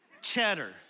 cheddar